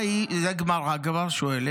האי" זו הגמרא שואלת,